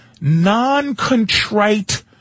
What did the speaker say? non-contrite